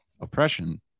oppression